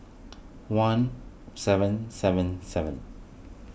one seven seven seven